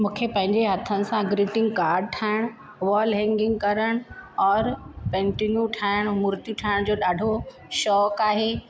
मूंखे पंहिंजे हथनि सां ग्रीटिंग काड ठाहिण वॉल हैंगिंग करण और पैंटिंगूं ठाहिण मुर्तियूं ठाहिण जो ॾाढो शौक़ु आहे